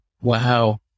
Wow